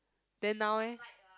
then now eh